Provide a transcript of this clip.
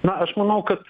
na aš manau kad